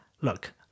Look